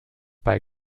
bei